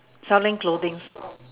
selling clothings